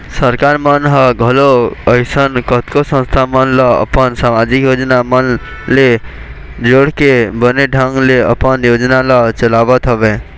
सरकार मन ह घलोक अइसन कतको संस्था मन ल अपन समाजिक योजना मन ले जोड़के बने ढंग ले अपन योजना ल चलावत हवय